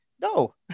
No